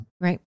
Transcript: Right